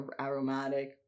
aromatic